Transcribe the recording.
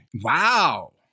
Wow